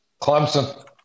Clemson